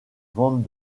ventes